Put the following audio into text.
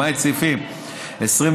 למעט סעיפים 22,